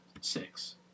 six